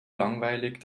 langweilig